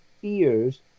fears